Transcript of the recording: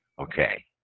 okay